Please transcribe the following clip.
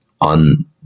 on